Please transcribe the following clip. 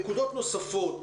נקודות נוספות